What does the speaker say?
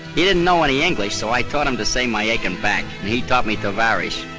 he didn't know any english so i taught him to say, my achin' back and he taught me, tovarishch,